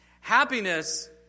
Happiness